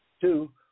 Two